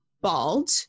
bald